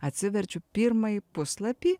atsiverčiau pirmąjį puslapį